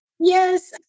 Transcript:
Yes